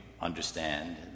understand